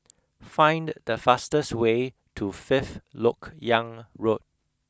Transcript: find the fastest way to Fifth Lok Yang Road